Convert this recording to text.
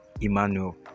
Emmanuel